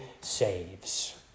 saves